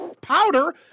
powder